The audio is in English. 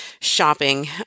shopping